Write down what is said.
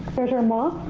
treasurer ma?